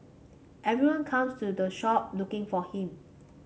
everyone comes to the shop looking for him